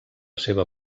seva